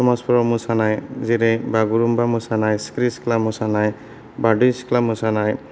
समाजावफोराव मोसानाय जेरै बागुरुमबा मोसानाय सिखिरि सिख्ला मोसानाय बारदै सिख्ला मोसानाय